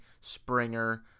Springer